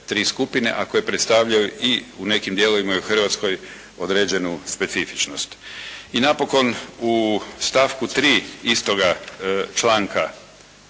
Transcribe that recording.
a koje predstavljaju i u nekim dijelovima i u Hrvatskoj određenu specifičnost. I napokon u stavku 3. istoga članka